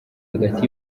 hagati